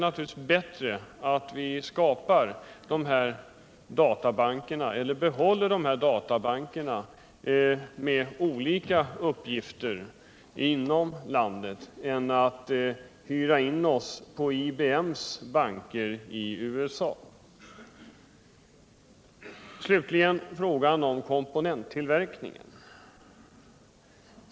Naturligtvis är det bättre att vi behåller de här databankerna med olika uppgifter inom landet än att vi hyr in oss i IBM:s banker i USA. Slutligen frågan om komponenttillverkningen.